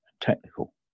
technical